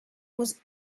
was